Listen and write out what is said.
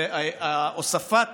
והוספת